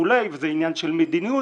וכולי וזה עניין של מדיניות,